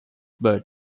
bird